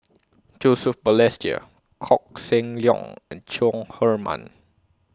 Joseph Balestier Koh Seng Leong and Chong Heman